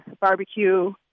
barbecue